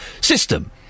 system